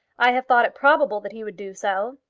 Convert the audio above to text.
i have thought it probable that he would do so.